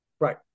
Right